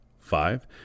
Five